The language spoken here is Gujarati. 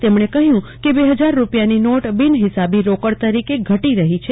તેમણે કહ્યું કે બે હજાર રૂપિયાની નોટ બીનહિસાબી રોકડ તરીકે ઘટી રહી છે